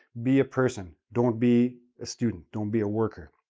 be a person. don't be a student. don't be a worker.